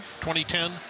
2010